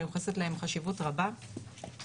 מיוחסת להן חשיבות רבה,